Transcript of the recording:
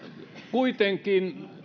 kuitenkin